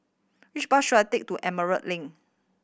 which bus should I take to Emerald Link